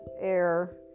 air